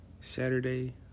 Saturday